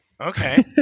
Okay